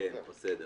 לא טייס, רק נהג.